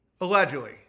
Allegedly